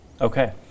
Okay